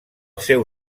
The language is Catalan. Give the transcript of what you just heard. seu